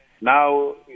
now